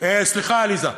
סליחה עליזה,